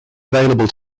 available